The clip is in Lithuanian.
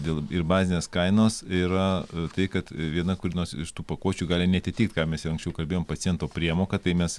dėl bazinės kainos yra tai kad viena kuri nors iš tų pakuočių gali neatitikt ką mes jau anksčiau kalbėjom paciento priemoka tai mes